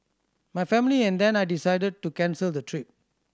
my family and I then decided to cancel the trip